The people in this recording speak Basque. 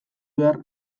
behar